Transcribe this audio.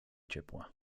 ciepła